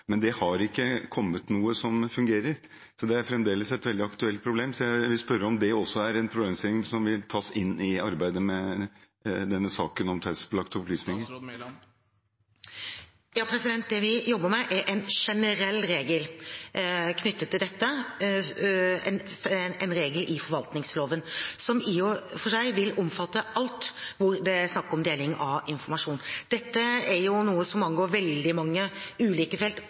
Men det har ikke kommet noe som fungerer, så det er fremdeles et veldig aktuelt problem. Jeg vil spørre om det også er en problemstilling som vil tas inn i arbeidet med denne saken om taushetsbelagte opplysninger. Det vi jobber med, er en generell regel knyttet til dette, en regel i forvaltningsloven, som i og for seg vil omfatte alt der det er snakk om deling av informasjon. Dette er jo noe som angår veldig mange ulike felt,